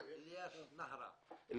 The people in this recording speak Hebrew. אליאס נהרא.